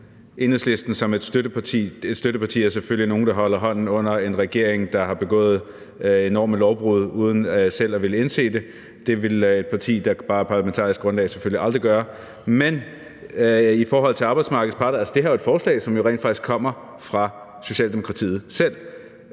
et støtteparti. Et støtteparti er selvfølgelig nogen, der holder hånden under en regering, der har begået enorme lovbrud uden selv at ville indse det. Det ville et parti, der bare er parlamentarisk grundlag, selvfølgelig aldrig gøre. I forhold til arbejdsmarkedets parter er det her jo et forslag, som rent faktisk kommer fra Socialdemokratiet selv.